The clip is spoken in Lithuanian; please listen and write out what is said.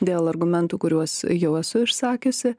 dėl argumentų kuriuos jau esu išsakiusi